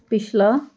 ਪਿਛਲਾ